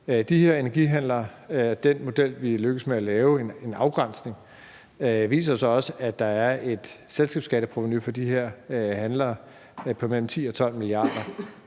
de her energihandlere, vi er lykkedes med at lave, med en afgrænsning, viser jo så også, at der er et selskabsskatteprovenu for de her handlere på mellem 10 og 12 mia. kr.